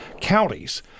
counties